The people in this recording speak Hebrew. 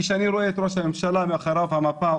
כאשר אני רואה את ראש הממשלה ומאחוריו המפה,